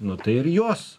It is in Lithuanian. nu tai ir juos